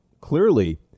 clearly